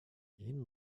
энэ